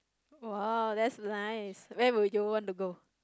!wow! that's nice where would you want to go